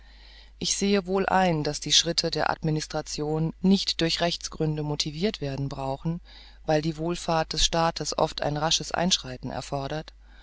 ich sehe wohl ein daß die schritte der administration nicht durch rechtsgründe motivirt zu werden brauchen weil die wohlfahrt des staates oft ein rasches einschreiten erfordert